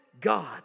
God